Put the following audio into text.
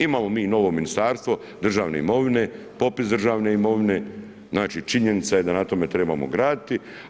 Imamo mi novo Ministarstvo državne imovine, popis državne imovine, znači činjenica je da na tome trebamo graditi.